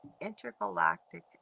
Intergalactic